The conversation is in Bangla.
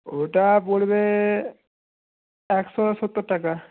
ওটা পড়বে একশো সত্তর টাকা